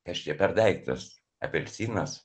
kas čia per daiktas apelsinas